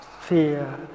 fear